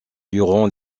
durant